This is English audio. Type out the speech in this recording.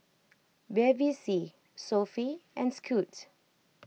Bevy C Sofy and Scoot